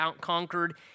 conquered